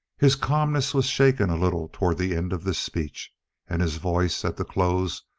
his calmness was shaken a little toward the end of this speech and his voice, at the close,